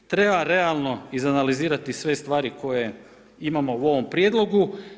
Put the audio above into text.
Treba realno izanalizirati sve stvari koje imamo u ovom prijedlogu.